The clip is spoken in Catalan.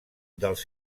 dels